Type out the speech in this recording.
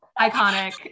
Iconic